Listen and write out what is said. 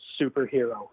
superhero